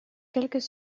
quelques